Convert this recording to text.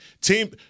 team